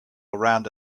around